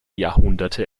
jahrhunderte